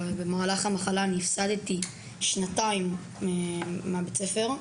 במהלך המחלה אני הפסדתי שנתיים מבית הספר,